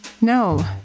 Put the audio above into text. No